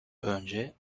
önce